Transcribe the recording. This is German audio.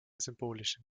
symbolischen